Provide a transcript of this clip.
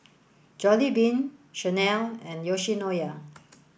Jollibean Chanel and Yoshinoya